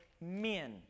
men